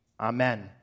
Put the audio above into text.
Amen